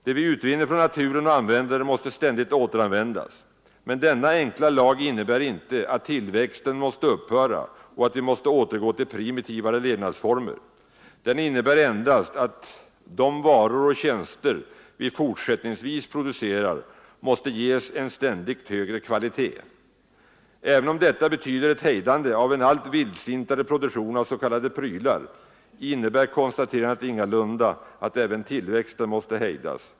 Det vi utvinner från naturen och använder måste ständigt återanvändas, men denna enkla lag innebär inte att tillväxten måste upphöra och att vi måste återgå till primitivare levnadsformer; den innebär endast att de varor och tjänster vi fortsättningsvis producerar måste ges en ständigt högre kvalitet. Även om detta betyder ett hejdande av en allt vildsintare produktion av s.k. prylar innebär konstaterandet ingalunda att även tillväxten måste hejdas.